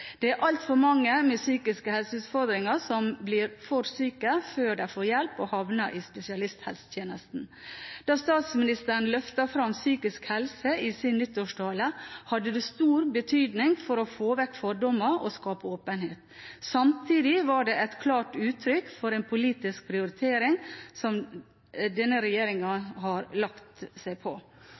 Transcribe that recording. Det er altfor mange med psykiske helseutfordringer som blir for syke før de får hjelp og havner i spesialisthelsetjenesten. Da statsministeren løftet fram psykisk helse i sin nyttårstale, hadde det stor betydning for å få vekk fordommer og skape åpenhet. Samtidig var det et klart uttrykk for en politisk prioritering som denne regjeringen har lagt seg på.